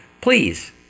please